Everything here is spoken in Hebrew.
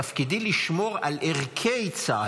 תפקידי לשמור על ערכי צה"ל.